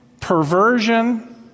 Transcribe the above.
perversion